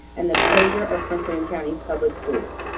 and the closure of prince william county public schools.